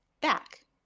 back